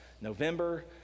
November